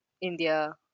India